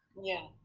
yeah,